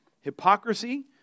hypocrisy